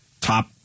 top